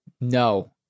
No